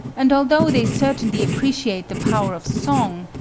and although they certainly appreciate the power of song,